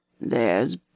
There's